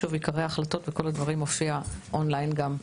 שוב, עיקרי ההחלטות וכל הדברים מופיע אונליין גם.